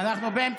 באמצע.